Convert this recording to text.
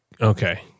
Okay